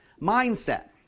mindset